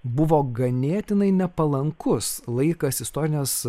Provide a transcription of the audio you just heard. buvo ganėtinai nepalankus laikas istorinės